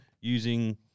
using